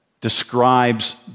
describes